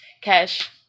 Cash